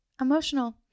emotional